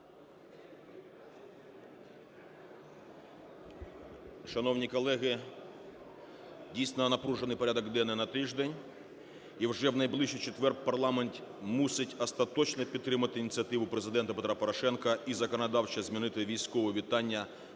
Шановні колеги! Дійсно, напружений порядок денний на тиждень. І вже в найближчий четвер парламент мусить остаточно підтримати ініціативу Президента Петра Порошенка і законодавчо змінити військове вітання на